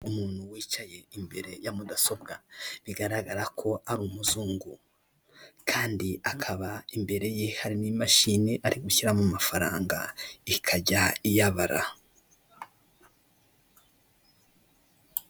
Umuntu wicaye imbere ya mudasobwa bigaragara ko ari umuzungu kandi akaba imbere ye hari n'imashini ari gushyiramo amafaranga ikajya iyabara.